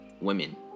women